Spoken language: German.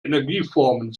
energieformen